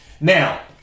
Now